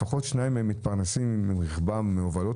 לפחות שניים מהם מתפרנסים מרכבם מהובלות